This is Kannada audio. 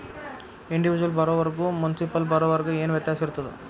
ಇಂಡಿವಿಜುವಲ್ ಬಾರೊವರ್ಗು ಮುನ್ಸಿಪಲ್ ಬಾರೊವರ್ಗ ಏನ್ ವ್ಯತ್ಯಾಸಿರ್ತದ?